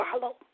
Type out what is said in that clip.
follow